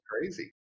crazy